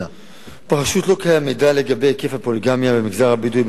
1. ברשות לא קיים מידע לגבי היקף הפוליגמיה במגזר הבדואי,